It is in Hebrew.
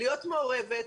להיות מעורבת.